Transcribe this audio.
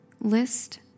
list